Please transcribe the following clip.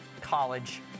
college